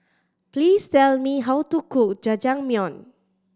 please tell me how to cook Jajangmyeon